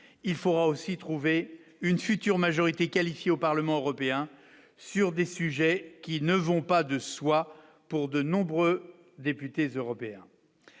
il faudra aussi trouver une future majorité qualifiée au Parlement européen, sur des sujets qui ne vont pas de soi pour de nombreux députés européens